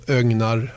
ögnar